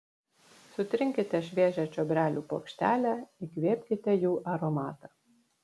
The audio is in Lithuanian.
sutrinkite šviežią čiobrelių puokštelę įkvėpkite jų aromatą